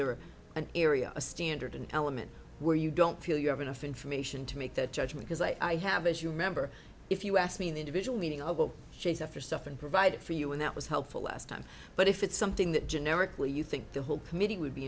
there an area a standard element where you don't feel you have enough information to make that judgment as i have as you remember if you asked me the individual meaning of what she said for stuff and provided for you and that was helpful last time but if it's something that generically you think the whole committee would be